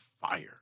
fire